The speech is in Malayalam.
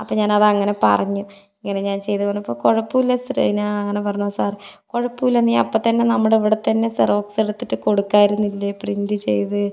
അപ്പം ഞാനതങ്ങനെ പറഞ്ഞു ഇങ്ങനെ ഞാൻ ചെയ്തുവെന്ന് പറഞ്ഞപ്പോൾ കുഴപ്പമില്ല സെറീനാ അങ്ങനെ പറഞ്ഞു ആ സാർ കുഴപ്പമില്ല നീ അപ്പം തന്നെ നമ്മുടെ ഇവിടെ തന്നെ സെറോക്സ എടുത്തിട്ട് കൊടുക്കാമായിരുന്നില്ലേ പ്രിന്റ് ചെയ്ത്